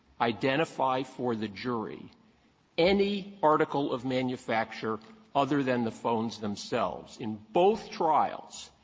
identify for the jury any article of manufacture other than the phones themselves. in both trials,